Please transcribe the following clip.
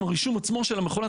הרישום: הרישום עצמו של המכולה,